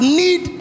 need